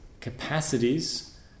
capacities